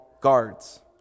guards